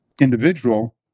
individual